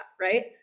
right